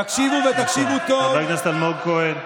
תקשיבו, ותקשיבו טוב, חבר הכנסת אלמוג כהן.